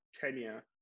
Kenya